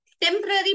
temporary